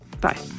Bye